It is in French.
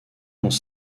dans